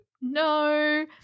No